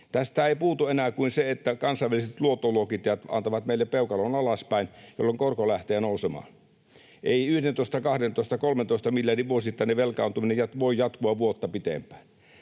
Tästä ei puutu enää kuin se, että kansainväliset luottoluokittajat antavat meille peukalon alaspäin, jolloin korko lähtee nousemaan. Ei 11:n, 12:n tai 13 miljardin vuosittainen velkaantuminen voi jatkua vuotta pitempään.